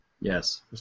Yes